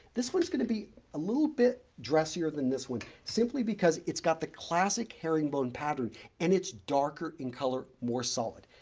this one's going to be a little bit dressier than this one simply because it's got the classic herringbone pattern and it's darker in color more solid.